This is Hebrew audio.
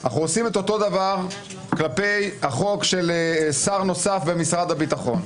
אנחנו עושים את אותו דבר כלפי החוק של שר נוסף במשרד הביטחון.